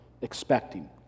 expecting